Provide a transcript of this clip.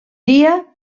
dia